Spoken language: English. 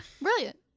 Brilliant